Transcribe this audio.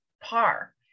par